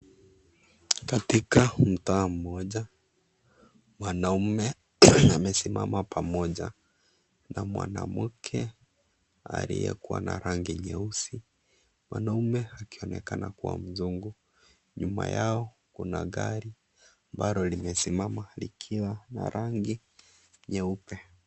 Katika mtaa mmoja mwanaume amesimama pamoja na mwanamke aliyekua na rangi nyeusi, mwanaume akionekana kuwa mzungu, nyuma yao kuna gari ambayo imesimama ikiwa na rangi nyeupe.